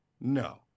No